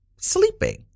sleeping